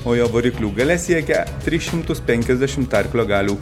o jo variklių galia siekia tris šimtus penkiasdešimt arklio galių